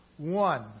One